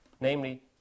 namely